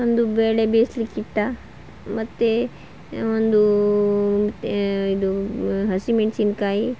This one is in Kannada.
ಒಂದು ಬೇಳೆ ಬೇಸ್ಲಿಕ್ಕಿಟ್ಟು ಮತ್ತು ಒಂದು ಇದು ಹಸಿಮೆಣಸಿನ್ಕಾಯಿ